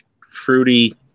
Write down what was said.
fruity